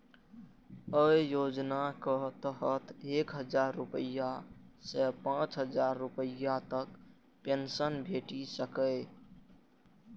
अय योजनाक तहत एक हजार रुपैया सं पांच हजार रुपैया तक पेंशन भेटि सकैए